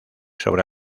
sobre